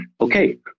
okay